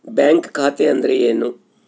Bank ಖಾತೆ ಅಂದರೆ ಏನು?